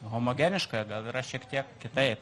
homogeniška gal yra šiek tiek kitaip